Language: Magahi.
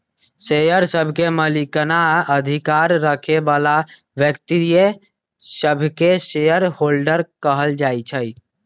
शेयर सभके मलिकना अधिकार रखे बला व्यक्तिय सभके शेयर होल्डर कहल जाइ छइ